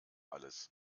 alles